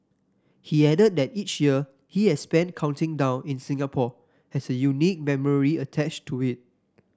he added that each year he has spent counting down in Singapore has a unique memory attached to it